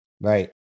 Right